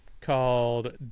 called